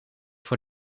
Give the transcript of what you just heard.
voor